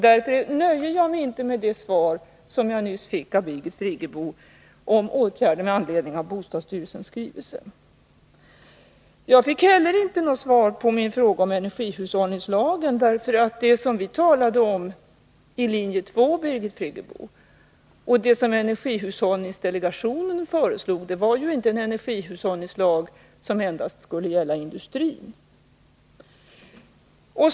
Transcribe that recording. Därför nöjer jag mig inte med det svar jag nyss fick av Birgit Friggebo om åtgärder med anledning av bostadsstyrelsens skrivelse. Jag fick heller inte något svar på min fråga om energihushållningslagen. Det som vi talade om i linje 2, Birgit Friggebo, och det som energihushållningsdelegationen föreslog var ju inte en energihushållningslag som endast skulle gälla industrin.